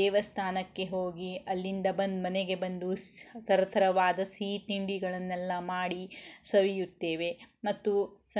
ದೇವಸ್ಥಾನಕ್ಕೆ ಹೋಗಿ ಅಲ್ಲಿಂದ ಬಂದು ಮನೆಗೆ ಬಂದು ಸ್ ಥರ ಥರವಾದ ಸಿಹಿ ತಿಂಡಿಗಳನ್ನೆಲ್ಲ ಮಾಡಿ ಸವಿಯುತ್ತೇವೆ ಮತ್ತು ಸ